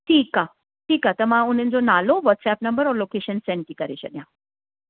ठीकु आहे ठीकु आहे त मां उन्हनि जो नालो वाट्सअप नम्बर और लोकेशन सेंड थी करे छॾियां